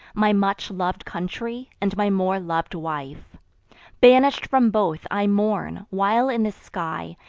my much lov'd country, and my more lov'd wife banish'd from both, i mourn while in the sky,